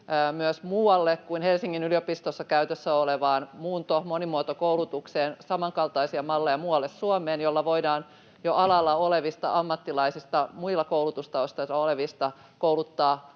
että voimme hakea Helsingin yliopistossa käytössä olevan muunto- ja monimuotokoulutuksen kaltaisia malleja muualle Suomeen, millä voidaan jo alalla olevista ammattilaisista, muista koulutustaustoista olevista, kouluttaa